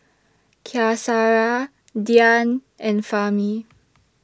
Qaisara Dian and Fahmi